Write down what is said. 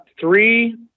three